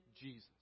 Jesus